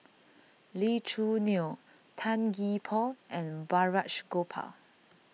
Lee Choo Neo Tan Gee Paw and Balraj Gopal